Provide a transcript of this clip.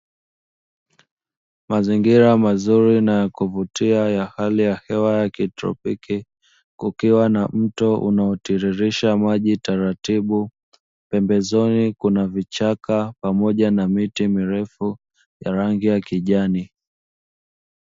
Mazingira mazuri na ya kuvutia ya hali ya hewa ya kitropiki, kukiwa na mto unaotiririsha maji taratibu, pembezoni kuna vichaka pamoja na miti mirefu ya rangi ya kijani.